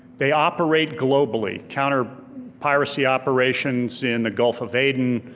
they operate globally, counter piracy operations in the gulf of aden,